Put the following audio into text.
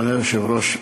אדוני היושב-ראש,